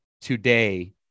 today